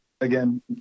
again